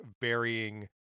varying